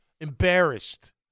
Embarrassed